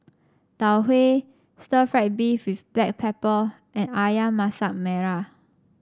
Tau Huay Stir Fried Beef with Black Pepper and ayam Masak Merah